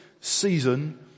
season